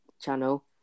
channel